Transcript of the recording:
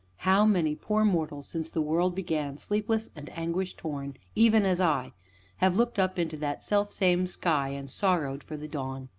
how many poor mortals, since the world began, sleepless and anguish-torn even as i have looked up into that self-same sky and sorrowed for the dawn!